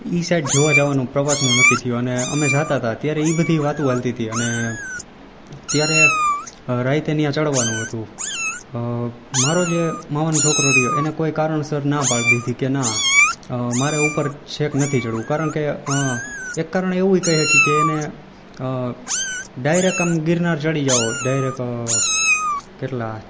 એ side જોવા જવાનું પ્રવાસનું નક્કી થ્યું એટલે અમે જતા હતા ત્યારે એ બધી વાતું ચાલતી હતી અને ત્યારે રાઈતેની આ ચડવાનું હતું મારો જે મામાનો છોકરો રહ્યો એને કોઈ કારણસરના પાડી દીધી કે ના મારે ઉપર છેક નથી ચડવું કારણ કે એક કારણ એવું એ કંઈ શકીએ કે એને ડાયરેક આમ ગિરનાર ચડી જાવો હોય ડાયરેક કેટલા